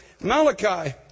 Malachi